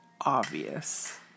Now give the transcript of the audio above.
obvious